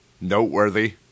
noteworthy